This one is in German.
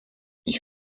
ich